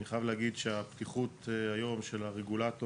אני חייב להגיד שהפתיחות היום של הרגולטור